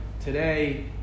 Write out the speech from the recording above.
today